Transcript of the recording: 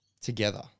Together